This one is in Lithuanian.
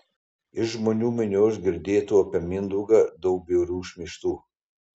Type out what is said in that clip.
iš žmonių minios girdėtų apie mindaugą daug bjaurių šmeižtų